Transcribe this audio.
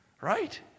Right